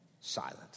silent